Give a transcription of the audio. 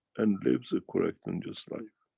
and lives a correct and just life.